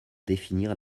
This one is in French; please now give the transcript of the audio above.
définir